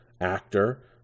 actor